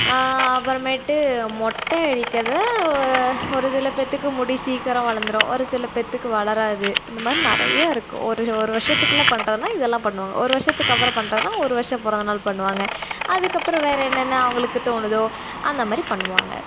அப்பறமேட்டு மொட்டை அடிக்கிறதில் ஒரு ஒரு சில பேத்துக்கு முடி சீக்கரம் வளர்ந்துரும் ஒரு சில பேத்துக்கு வளராது அந்தமாதிரி நிறைய இருக்கும் ஒரு ஒரு வருஷத்துக்குள்ள பண்றதுன்னால் இதெல்லாம் பண்ணுவாங்க ஒரு வருஷத்துக்கு அப்புறம் பண்றதுன்னால் ஒரு வருஷம் பிறந்த நாள் பண்ணுவாங்க அதுக்கப்புறம் வேறே என்னென்ன அவங்களுக்கு தோணுதோ அந்தமாதிரி பண்ணுவாங்க